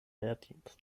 wehrdienst